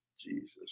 Jesus